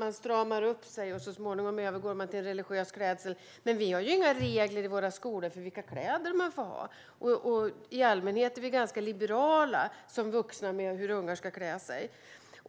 De stramar upp sig, och så småningom övergår de till religiös klädsel. Men vi har inga regler för vilka kläder man får ha i våra skolor, och som vuxna är vi i allmänhet ganska liberala när det gäller hur ungar ska klä sig.